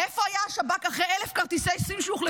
איפה היה השב"כ אחרי 1,000 כרטיסי סים שהוחלפו?